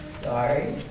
sorry